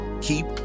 keep